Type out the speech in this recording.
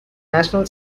national